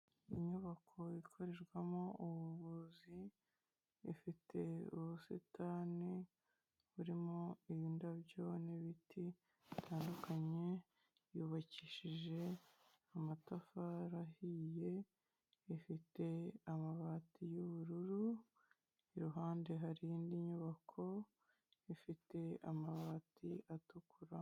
Inyubako ikorerwamo ubuvuzi ifite ubusitani